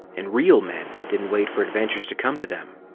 and real men didn't wait for adventures to come to them.